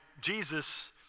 Jesus